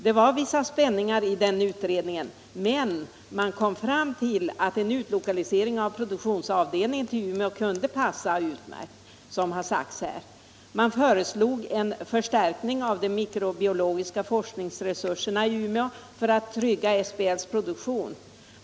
Det var vissa spänningar i denna utredning, men man kom fram till att en utlokalisering av produktionsavdelningen till Umeå kunde passa utmärkt, som har sagts här. Man föreslog en förstärkning av de mikrobiologiska forskningsresurserna i Umeå för att trygga SBL:s produktion.